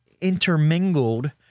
intermingled